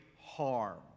harm